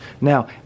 Now